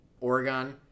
Oregon